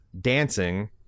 dancing